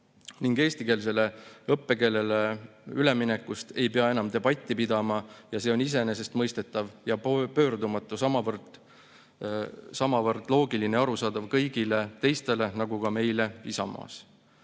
ja eestikeelsele õppekeelele ülemineku üle ei pea enam debatti pidama, vaid see on iseenesestmõistetav ja pöördumatu, samavõrd loogiline ja arusaadav kõigile teistele nagu meile Isamaas.